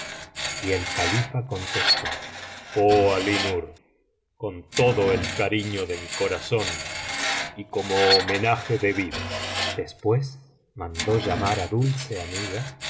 y el califa contestó oh alí nur con todo el cariño de mi corazón y como homenaje debido después mandó llamar á dulce amiga